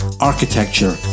architecture